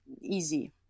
easy